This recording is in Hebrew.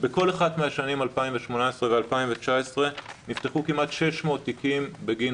בכל אחת מהשנים 2018 ו-2019 נפתחו כמעט 600 תיקים בגין